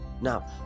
now